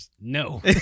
No